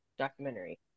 documentary